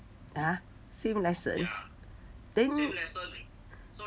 ah same lesson then